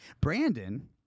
Brandon